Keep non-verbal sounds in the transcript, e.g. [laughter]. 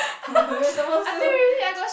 [laughs] you're supposed to